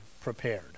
prepared